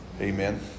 Amen